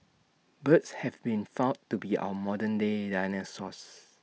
birds have been found to be our modern day dinosaurs